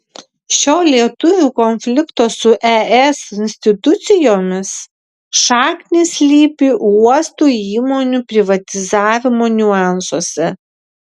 šio lietuvių konflikto su es institucijomis šaknys slypi uosto įmonių privatizavimo niuansuose